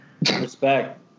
respect